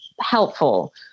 helpful